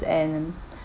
th~ and then